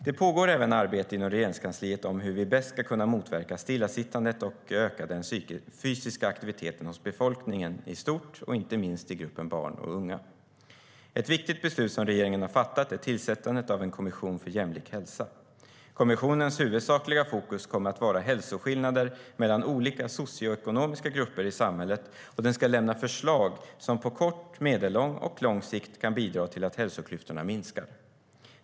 Det pågår även arbete inom Regeringskansliet om hur vi bäst ska kunna motverka stillasittandet och öka den fysiska aktiviteten hos befolkningen i stort, inte minst i gruppen barn och unga. Ett viktigt beslut som regeringen har fattat är tillsättandet av en kommission för jämlik hälsa. Kommissionens huvudsakliga fokus kommer att vara hälsoskillnader mellan olika socioekonomiska grupper i samhället. Den ska lämna förslag som på kort, medellång och lång sikt kan bidra till att hälsoklyftorna minskar.